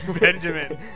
benjamin